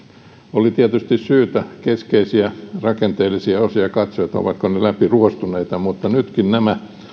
oli tietysti syytä katsoa keskeisiä rakenteellisia osia ovatko ne läpiruostuneita mutta nyt nämä